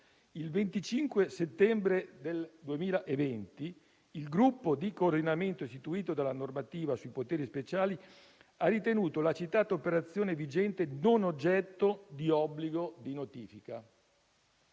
Il 25 settembre 2020 il gruppo di coordinamento istituito dalla normativa sui poteri speciali ha ritenuto la citata operazione vigente non oggetto di obbligo di notifica.